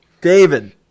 David